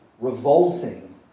revolting